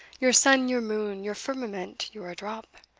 your sun, your moon, your firmament, your adrop,